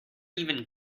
even